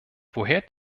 woher